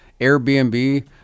Airbnb